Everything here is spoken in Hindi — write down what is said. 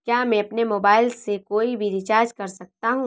क्या मैं अपने मोबाइल से कोई भी रिचार्ज कर सकता हूँ?